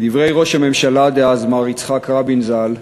כדברי ראש הממשלה דאז מר יצחק רבין ז"ל,